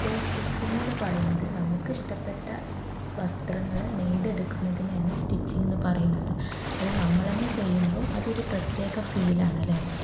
അപ്പോള് ഈ സ്റ്റിച്ചിങ്ങെന്നു പറയുന്നതു നമുക്കിഷ്ടപ്പെട്ട വസ്ത്രങ്ങള് നെയ്തെടുക്കുന്നതിനെയാണ് സ്റ്റിച്ചിങ്ങെന്നു പറയുന്നത് അതു നമ്മള് തന്നെ ചെയ്യുമ്പോള് അതൊരു പ്രത്യേക ഫീലാണല്ലേ